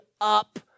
up